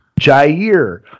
Jair